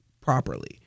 properly